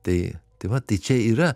tai tai vat tai čia yra